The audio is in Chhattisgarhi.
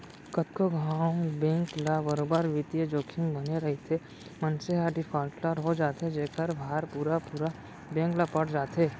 कतको घांव बेंक ल बरोबर बित्तीय जोखिम बने रइथे, मनसे ह डिफाल्टर हो जाथे जेखर भार पुरा पुरा बेंक ल पड़ जाथे